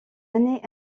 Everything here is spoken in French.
années